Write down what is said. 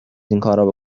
اینکارا